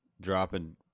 dropping